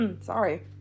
Sorry